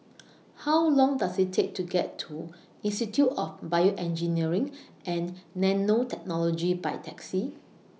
How Long Does IT Take to get to Institute of Bioengineering and Nanotechnology By Taxi